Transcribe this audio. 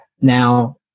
Now